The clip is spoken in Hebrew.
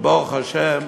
וברוך השם,